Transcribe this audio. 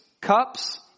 cups